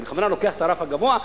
אני בכוונה לוקח את הרף הגבוה,